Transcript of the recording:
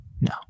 no